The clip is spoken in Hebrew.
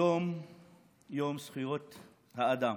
היום יום זכויות האדם.